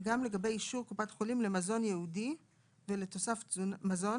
גם לגבי אישור קופת חולים למזון ייעודי ולתוסף מזון,